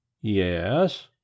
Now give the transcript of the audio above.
Yes